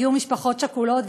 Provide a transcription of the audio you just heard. הגיעו משפחות שכולות,